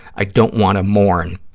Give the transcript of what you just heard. i don't want to mourn